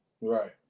Right